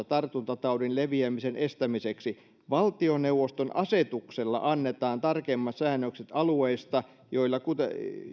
tartuntataudin leviämisen estämiseksi valtioneuvoston asetuksella annetaan tarkemmat säännökset alueista